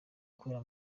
ikorera